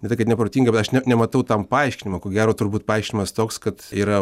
ne tai kad neprotinga bet aš ne nematau tam paaiškinimo ko gero turbūt paaiškinimas toks kad yra